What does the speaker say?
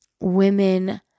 Women